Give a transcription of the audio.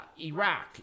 Iraq